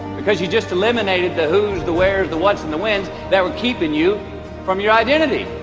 because you've just eliminated the whos, the wheres, the whats and the whens that were keeping you from your identity